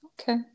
okay